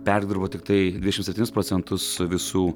perdirbo tiktai dvidešimt septynis procentus visų